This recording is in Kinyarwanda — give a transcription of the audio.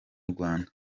rwanda